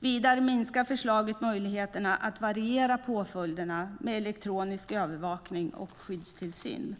Vidare minskar förslaget möjligheterna att variera påföljderna med elektronisk övervakning och skyddstillsyn.